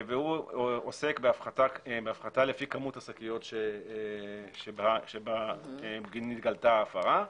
והוא עוסק בהפחתה לפי כמות השקיות שבה נתגלתה ההפרה.